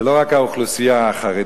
זה לא רק האוכלוסייה החרדית,